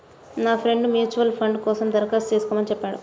నా friend mutual fund కోసం దరఖాస్తు చేస్కోమని చెప్పాడు